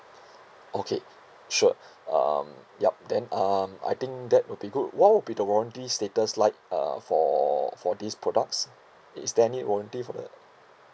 okay sure um yup then um I think that would be good what will be the warranty status like uh for for these products is there any warranty for the